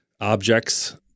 objects